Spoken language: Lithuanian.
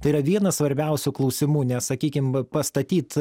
tai yra vienas svarbiausių klausimų nes sakykim pastatyt